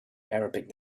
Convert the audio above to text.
arabic